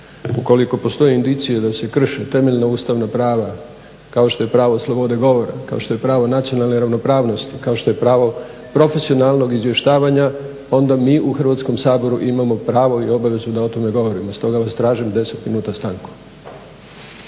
Ukoliko postoje indicije da se krše temeljna Ustavna prava kao što je pravo slobode govora kao što je pravo nacionalne ravnopravnosti, kao što je pravo profesionalnog izvještavanja. Onda mi u Hrvatskom saboru imamo pravo i obavezu da o tome govorimo. Stoga vas tražim 10 minuta stanku.